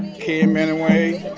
came anyway